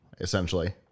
essentially